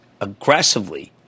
aggressively